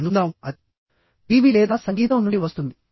అనుకుందాం అది టీవీ లేదా సంగీతం నుండి వస్తుంది